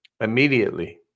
Immediately